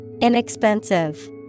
Inexpensive